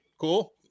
cool